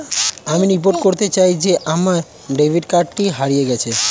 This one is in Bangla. আমি রিপোর্ট করতে চাই যে আমার ডেবিট কার্ডটি হারিয়ে গেছে